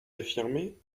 affirmé